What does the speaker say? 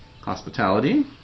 hospitality